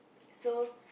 so